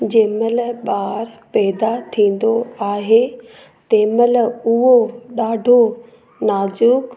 जंहिंमहिल ॿार पैदा थींदो आहे तंहिंमहिल उहो ॾाढो नाज़ुकु